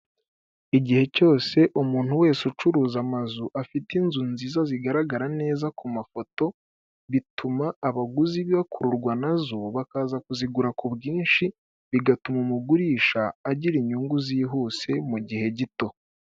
Igihe cyose umuntu wese ucuruza amazu, afite inzu nziza zigaragara neza ku mafoto, bituma abaguzi bakururwa na zo, bakaza kuzigura ku bwinshi, bigatuma umugurisha agira inyungu zihuse mu gihe gito.